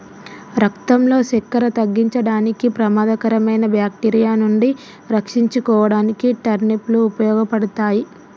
రక్తంలో సక్కెర తగ్గించడానికి, ప్రమాదకరమైన బాక్టీరియా నుండి రక్షించుకోడానికి టర్నిప్ లు ఉపయోగపడతాయి